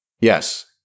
Yes